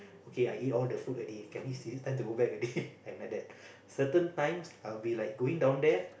okay I eat all the food already can he still time to go back already I'm like that certain times I'll be going down there